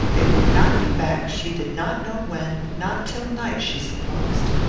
they would not be back, she did not know when not till night, she supposed.